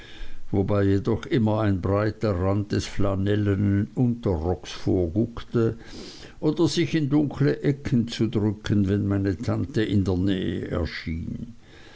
wobei jedoch immer ein breiter rand des flanellnen unterrockes vorguckte oder sich in dunkle ecken zu drücken wenn meine tante in der nähe erschien